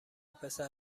پسر